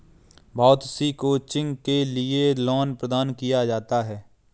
बहुत सी कोचिंग के लिये लोन प्रदान किया जाता है